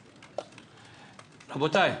רבותיי,